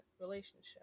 relationship